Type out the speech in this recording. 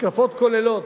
התקפות כוללות,